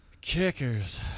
Kickers